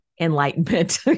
enlightenment